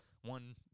One